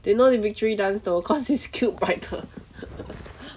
they know the victory dance though cause he's killed by the